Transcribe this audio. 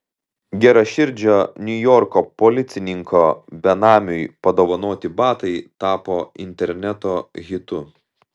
geraširdžio niujorko policininko benamiui padovanoti batai tapo interneto hitu